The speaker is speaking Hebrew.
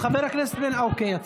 חבר הכנסת, יצא.